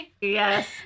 yes